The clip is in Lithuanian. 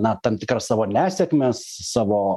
na tam tikras savo nesėkmes savo